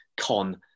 con